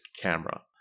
camera